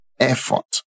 effort